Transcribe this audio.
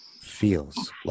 Feels